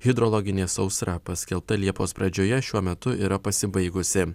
hidrologinė sausra paskelbta liepos pradžioje šiuo metu yra pasibaigusi